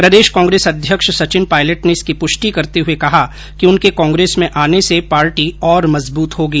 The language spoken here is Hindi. प्रदेश कांग्रेस अध्यक्ष सचिन पायलट ने इसकी पुष्टि करते हुए कहा कि उनके कांग्रेस में आने से पार्टी और मजबूत होगी